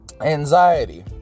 Anxiety